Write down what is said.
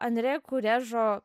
andre kurežo